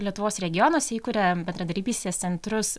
lietuvos regionuose įkuria bendradarbystės centrus